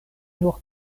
nur